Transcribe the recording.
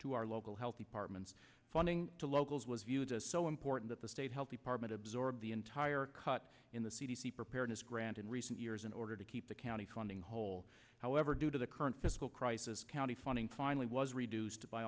to our local health departments funding to locals was viewed as so important at the state health department absorbed the entire cut in the c d c preparedness grant in recent years in order to keep the county funding whole however due to the current fiscal crisis county funding finally was reduced